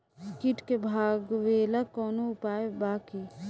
कीट के भगावेला कवनो उपाय बा की?